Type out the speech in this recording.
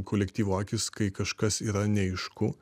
kolektyvo akys kai kažkas yra neaišku